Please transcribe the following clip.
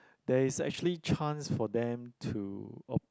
there is actually chance for them to ap~